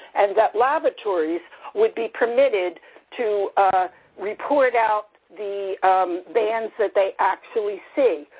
and that laboratories would be permitted to report out the bands that they actually see.